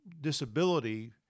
disability